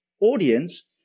audience